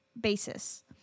basis